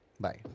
Bye